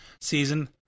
season